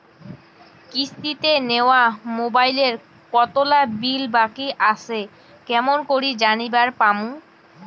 কিস্তিতে নেওয়া মোবাইলের কতোলা বিল বাকি আসে কেমন করি জানিবার পামু?